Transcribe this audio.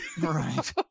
Right